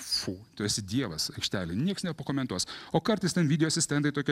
fu tu esi dievas aikštelėj nieks nepakomentuos o kartais ten video asistentai tokie